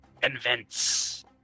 convince